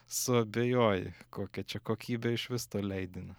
suabejoji kokia čia kokybė išvis to leidinio